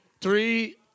three